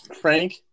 Frank